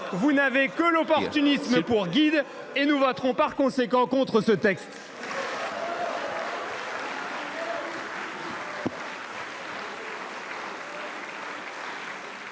Vous n’avez que l’opportunisme pour guide ! Nous voterons, par conséquent, contre ce texte.